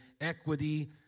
equity